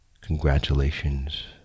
Congratulations